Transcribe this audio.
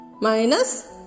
minus